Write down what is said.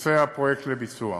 יצא הפרויקט לביצוע.